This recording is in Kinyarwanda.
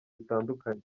bitandukanye